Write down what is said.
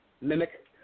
mimic